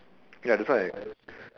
ya that's why